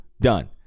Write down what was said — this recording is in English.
done